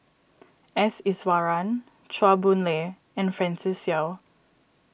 S Iswaran Chua Boon Lay and Francis Seow